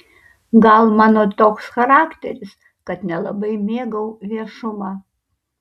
gal mano toks charakteris kad nelabai mėgau viešumą